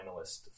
finalists